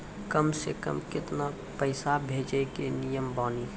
कम से कम केतना पैसा भेजै के नियम बानी?